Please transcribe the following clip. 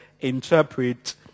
interpret